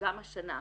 וגם השנה,